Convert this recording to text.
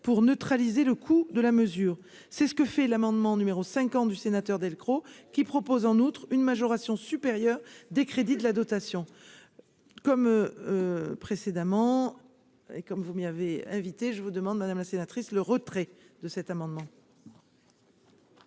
pour neutraliser le coût de la mesure, c'est ce que fait l'amendement numéro 5 ans du sénateur Delcros, qui propose en outre une majoration supérieure des crédits de la dotation. Comme précédemment, et comme vous m'y avait invité, je vous demande madame la sénatrice le retrait de cet amendement.